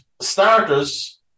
Starters